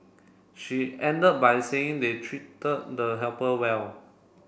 she ended by saying they treated the helper well